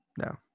No